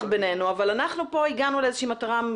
אבל אנחנו הגענו לכאן למטרה מסוימת.